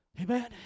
Amen